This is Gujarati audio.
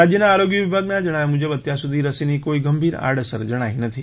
રાજ્યના આરોગ્ય વિભાગના જણાવ્યા મુજબ અત્યાર સુધી રસીની કોઈ ગંભીર આડઅસર જણાઈ નથી